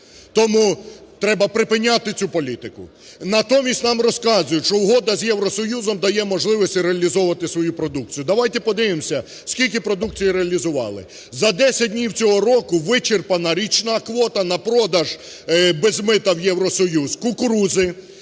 Тому треба припиняти цю політику. Натомість нам розказують, що угода з Євросоюзом дає можливості реалізовувати свою продукцію. Давайте подивимося, скільки продукції реалізували: за 10 днів цього року вичерпана річна квота на продаж без мита у Євросоюз кукурудзи,